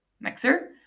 mixer